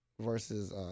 Versus